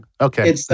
Okay